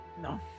No